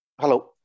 hello